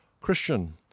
Christian